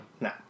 No